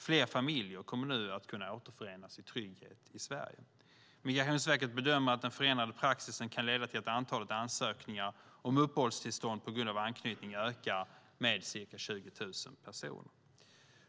Fler familjer kommer nu att kunna återförenas i trygghet i Sverige. Migrationsverket bedömer att den förändrade praxisen kan leda till att antalet ansökningar om uppehållstillstånd på grund av anknytning ökar med ca 20 000 personer.